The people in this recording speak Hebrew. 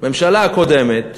הממשלה הקודמת,